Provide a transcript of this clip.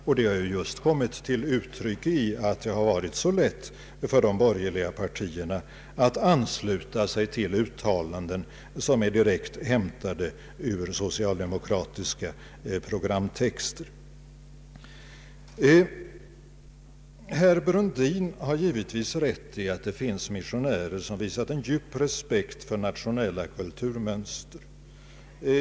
Detta har just kommit till uttryck i att det har varit så lätt för de borgerliga partierna att ansluta sig till uttalanden, som är direkt hämtade ur socialdemokratiska programtexter. Herr Brundin har givetvis rätt i att det finns missionärer som visat en djup respekt för nationella kulturmönster.